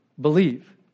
believe